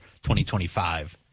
2025